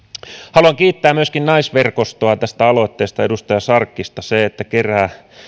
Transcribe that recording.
haluan kiittää myöskin naisverkostoa tästä aloitteesta ja edustaja sarkkista se että kerää